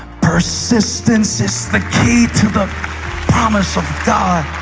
persistence is the key to the promise of god.